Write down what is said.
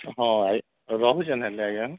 ହଁ ରହୁଛି ହେଲେ ଆଂଜ୍ଞା